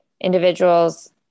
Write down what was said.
individuals